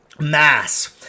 mass